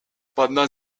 pendant